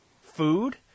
food